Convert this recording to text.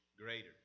greater